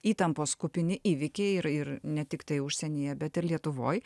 įtampos kupini įvykiai ir ir ne tiktai užsienyje bet ir lietuvoj